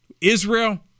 Israel